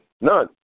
none